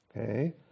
Okay